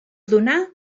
donar